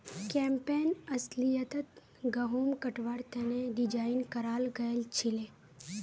campaign अस्लियतत गहुम कटवार तने डिज़ाइन कराल गएल छीले